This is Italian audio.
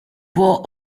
può